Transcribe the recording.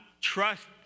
trust